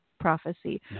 prophecy